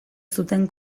zuten